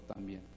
también